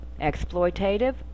exploitative